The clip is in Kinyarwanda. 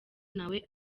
nawe